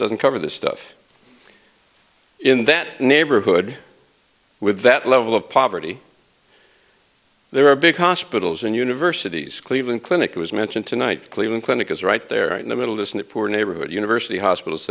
doesn't cover the stuff in that neighborhood with that level of poverty there are big hospitals and universities cleveland clinic was mentioned tonight cleveland clinic is right there in the middle isn't it poor neighborhood university hospitals